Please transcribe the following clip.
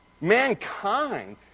Mankind